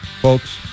Folks